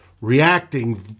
reacting